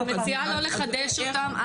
אני מציעה לא לחדש אותם,